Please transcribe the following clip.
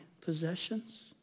possessions